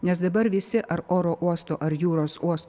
nes dabar visi ar oro uostų ar jūros uostų